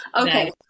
Okay